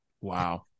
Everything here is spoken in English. Wow